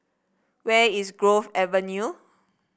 where is Grove Avenue